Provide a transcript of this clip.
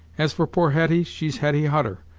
as for poor hetty, she's hetty hutter,